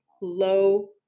low